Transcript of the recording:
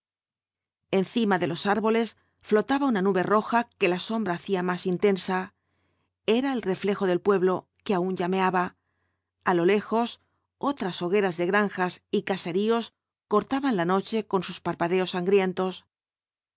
encima de los árboles flotaba una nube roja que la sombra hacía más intensa era el reflejo del pueblo que aun llameaba a lo lejos otras hogueras de granjas y caseríos cortaban la noche con sus parpadeos sangrientos